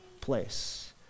place